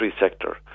sector